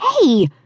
Hey